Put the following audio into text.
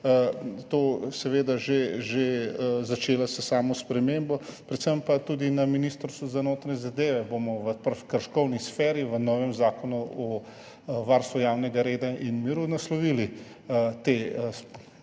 seveda že začela s samo spremembo. Predvsem pa bomo tudi na Ministrstvu za notranje zadeve v prekrškovni sferi v novem zakonu o varstvu javnega reda in miru naslovili te seveda